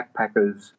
backpackers